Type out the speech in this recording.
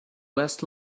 west